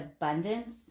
abundance